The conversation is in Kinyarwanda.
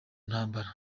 ntambara